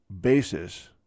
basis